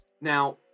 now